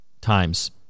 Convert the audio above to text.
times